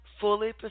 fully